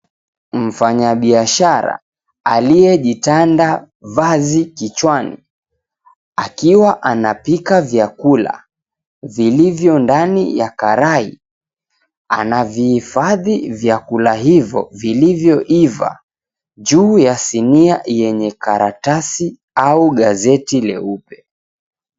Mfanyabiashara aliyejitanda vazi kichwani akiwa anapika vyakula vilivyo ndani ya karai anavihifadhi vyakula hivyo vilivyoiva juu ya sinia yenye karatasi au gazeti leupe.